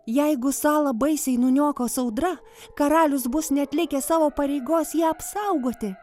jeigu salą baisiai nuniokos audra karalius bus neatlikęs savo pareigos ją apsaugoti